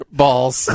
balls